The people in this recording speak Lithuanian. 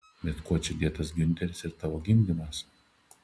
bet kuo čia dėtas giunteris ir tavo gimdymas